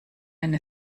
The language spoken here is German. eine